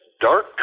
dark